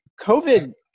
COVID